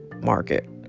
market